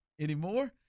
anymore